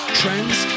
trends